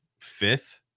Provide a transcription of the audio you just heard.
fifth